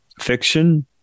fiction